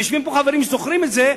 ויושבים פה חברים שזוכרים את זה,